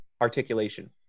articulation